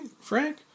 Frank